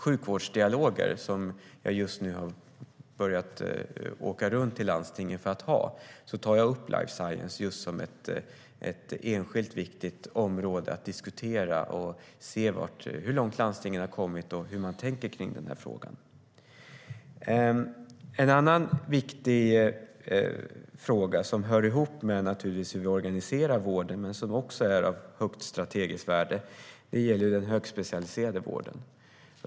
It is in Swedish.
Jag har just börjat åka runt till landstingen för att ha sjukvårdsdialoger. Då tar jag upp life science som ett enskilt viktigt område att diskutera. Det handlar om att se hur långt landstingen har kommit och hur man tänker kring den här frågan. En annan viktig fråga, som naturligtvis hör ihop med hur vi organiserar vården men som också är av högt strategiskt värde, gäller den högspecialiserade vården.